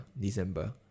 December